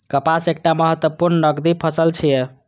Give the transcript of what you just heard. कपास एकटा महत्वपूर्ण नकदी फसल छियै